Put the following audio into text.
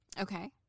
Okay